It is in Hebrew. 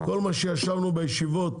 כל מה שישבנו בישיבות,